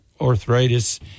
arthritis